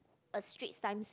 a Straits Times